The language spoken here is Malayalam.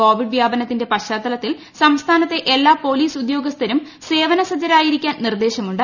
കോവിഡ് വ്യാപനത്തിന്റെ പശ്ചാത്തല ത്തിൽ സംസ്ഥാനത്തെ എല്ലാ പൊലീസ് ഉദ്യോഗസ്ഥരും സേവന സജ്ജരായിരിക്കാൻ നിർദ്ദേശമുണ്ട്